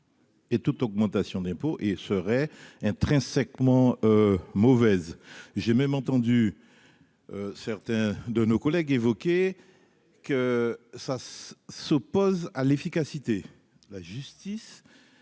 Et toute augmentation d'impôts et seraient intrinsèquement mauvaise, j'ai même entendu certains de nos collègues évoqué que ça s'oppose à l'efficacité, la justice